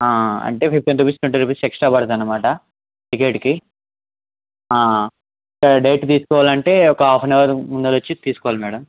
అంటే fifteen rupees twenty rupees extra పడుతుంది అన్నమాట టికెట్కి సరే డైరెక్ట్ తీసుకోవాలంటే ఒక హాఫ్ అన్ అవర్ ముందర వచ్చి తీసుకోవాలి మేడమ్